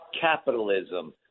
capitalism